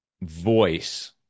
voice